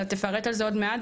אתה תפרט על זה עוד מעט,